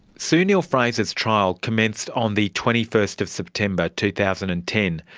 sue neill-fraser's trial commenced on the twenty first of september two thousand and ten.